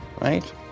right